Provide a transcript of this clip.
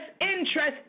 interest